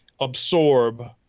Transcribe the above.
absorb